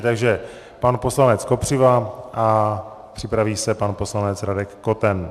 Takže pan poslanec Kopřiva a připraví se pan poslanec Radek Koten.